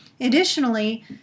Additionally